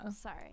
Sorry